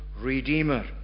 Redeemer